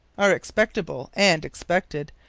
are expectable and expected,